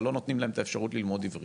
אבל לא נותנים להם את האפשרות ללמוד עברית.